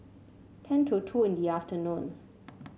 ten to two in the afternoon